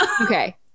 okay